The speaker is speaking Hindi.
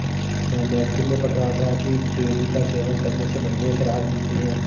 मैं मैगजीन में पढ़ रहा था कि चेरी का सेवन करने से मधुमेह से राहत मिलती है